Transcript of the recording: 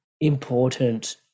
important